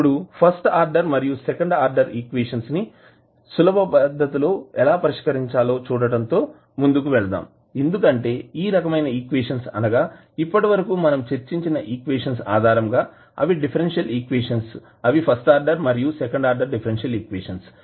ఇప్పుడు first order మరియు second order equations ను సులభ పద్ధతిలో ఎలా పరిష్కరించాలో చూడటం తో ముందుకు వెళ్దాం ఎందుకంటే ఈ రకమైన ఈక్వేషన్స్ అనగా ఇప్పటివరకు మనం చర్చించిన ఈక్వేషన్స్ ఆధారంగా అవి డిఫరెన్షియల్ ఈక్వేషన్స్ అవి ఫస్ట్ ఆర్డర్ మరియు సెకండ్ ఆర్డర్ డిఫరెన్షియల్ ఈక్వేషన్స్